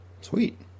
Sweet